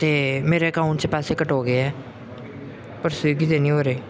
ਅਤੇ ਮੇਰੇ ਅਕਾਊਂਟ 'ਚ ਪੈਸੇ ਕੱਟ ਹੋ ਗਏ ਹੈ ਪਰ ਸਵੀਗੀ 'ਤੇ ਨਹੀਂ ਹੋ ਰਹੇ